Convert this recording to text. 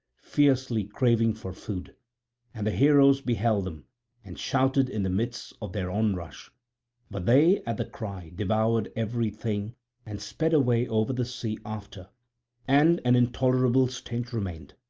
fiercely craving for food and the heroes beheld them and shouted in the midst of their onrush but they at the cry devoured everything and sped away over the sea after and an intolerable stench remained.